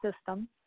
system